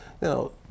Now